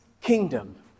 kingdom